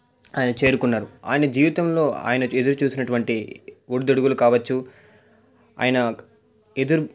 ఆయన చేరుకున్నారు ఆయన జీవితంలో ఆయన ఎదురుచూసినటువంటి ఒడుదొడుగులు కావచ్చు ఆయన ఎదుర్